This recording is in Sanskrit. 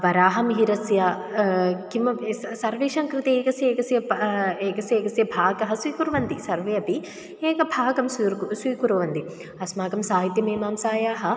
वराहमिहिरस्य किमपि स सर्वेषां कृते एकस्य एकस्य प एकस्य एकस्य भागः स्वीकुर्वन्ति सर्वे अपि एकं भागं स्वीर्कु स्वीकुर्वन्ति अस्माकं साहित्यमीमांसायाः